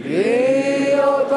מאולם